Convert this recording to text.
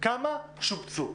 כמה שובצו?